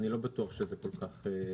אני לא בטוח שזה כל כך ברור.